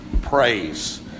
Praise